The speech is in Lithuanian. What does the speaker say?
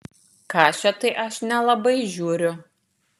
kašio tai aš nelabai žiūriu